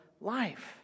life